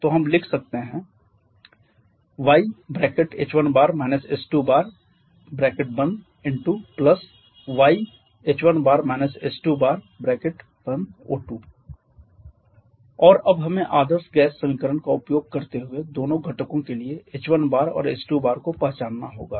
तो हम लिख सकते हैं y h1 h2N2y h1 h2O2 और अब हमें आदर्श गैस समीकरण का उपयोग करते हुए दोनों घटकों के लिए इस h1और h2 को पहचानना होगा